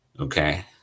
Okay